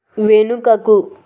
వెనుకకు